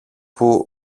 που